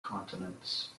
continents